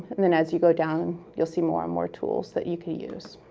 and then as you go down, you'll see more and more tools that you can use.